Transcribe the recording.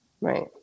Right